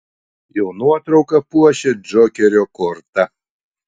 jo nuotrauka puošia džokerio kortą